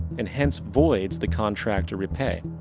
and hence, voids the contract to repay.